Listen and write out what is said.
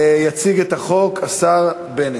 יציג את החוק השר בנט.